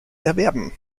erwerben